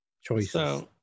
Choices